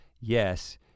yes